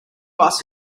bus